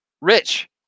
Rich